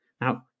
Now